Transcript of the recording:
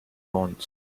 wants